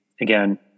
Again